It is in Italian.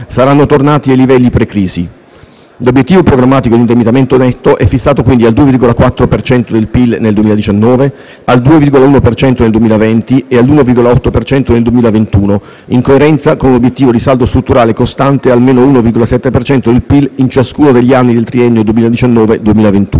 saranno tornati ai livelli pre-crisi. L'obiettivo programmatico di indebitamento netto è fissato quindi al 2,4 per cento del PIL nel 2019, al 2,1 per cento nel 2020 e all'1,8 per cento nel 2021, in coerenza con un obiettivo di saldo strutturale costante a meno 1,7 per cento del PIL in ciascuno degli anni del triennio 2019-2021.